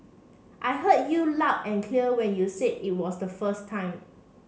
I heard you loud and clear when you said it was the first time